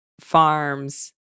farms